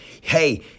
Hey